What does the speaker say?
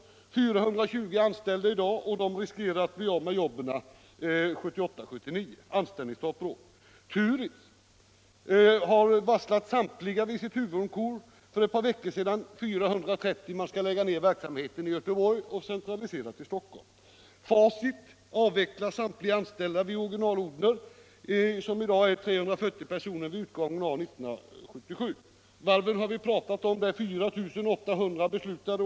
Företaget har 420 anställda i dag och de riskerar att bli av med sina jobb 1978-1979. Anställningsstopp Nr 27 råder. Varven har vi pratat om, där det finns beslut om nedläggning av 4 800 jobb.